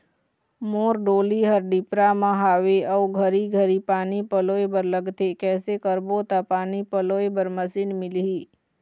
मोर डोली हर डिपरा म हावे अऊ घरी घरी पानी पलोए बर लगथे कैसे करबो त पानी पलोए बर मशीन मिलही?